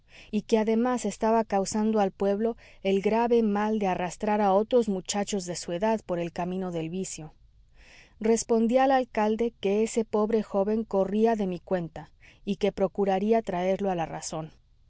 y que además estaba causando al pueblo el grave mal de arrastrar a otros muchachos de su edad por el camino del vicio respondí al alcalde que ese pobre joven corría de mi cuenta y que procuraría traerlo a la razón